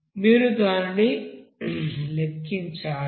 మీరు దానిని లెక్కించాలి